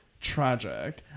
tragic